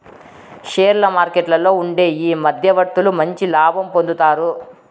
షేర్ల మార్కెట్లలో ఉండే ఈ మధ్యవర్తులు మంచి లాభం పొందుతారు